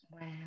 Wow